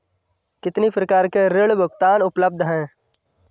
कितनी प्रकार के ऋण भुगतान उपलब्ध हैं?